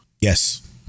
Yes